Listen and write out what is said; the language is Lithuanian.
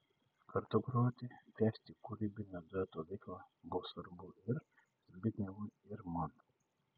kartu groti tęsti kūrybinio dueto veiklą buvo svarbu ir zbignevui ir man